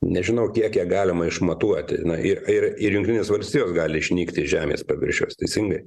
nežinau kiek ją galima išmatuoti ir ir ir jungtinės valstijos gali išnykti iš žemės paviršiaus teisingai